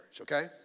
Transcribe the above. okay